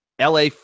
LA